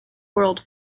world